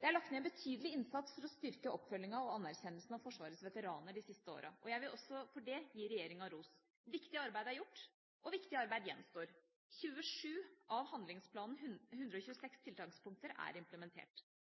Det er lagt ned en betydelig innsats for å styrke oppfølgingen og anerkjennelsen av Forsvarets veteraner de siste årene, og jeg vil også for det gi regjeringa ros. Viktig arbeid er gjort, og viktig arbeid gjenstår. 27 av handlingsplanens 126 tiltakspunkter er implementert.